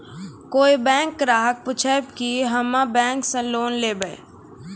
कोई बैंक ग्राहक पुछेब की हम्मे बैंक से लोन लेबऽ?